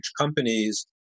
companies